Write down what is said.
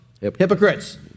hypocrites